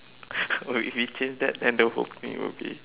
if we change that then the whole thing would be